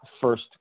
first